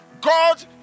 God